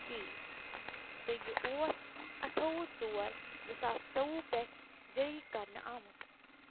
کے تہٕ یہِ اوس اَٹھوُہ ژور زٕ ساس ژۄوُیہ پٮ۪ٹھ جٲری کرنہٕ آمُت